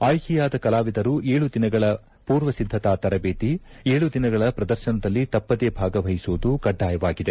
ಆಯ್ಕೆಯಾದ ಕಲಾವಿದರು ಏಳು ದಿನಗಳ ಪೂರ್ವ ಸಿದ್ಧತಾ ತರಬೇತಿ ಏಳು ದಿನಗಳ ಪ್ರದರ್ಶನದಲ್ಲಿ ತಪ್ಪದೇ ಭಾಗವಹಿಸುವುದು ಕಡ್ಡಾಯವಾಗಿದೆ